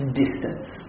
distance